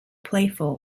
playful